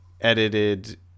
edited